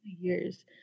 years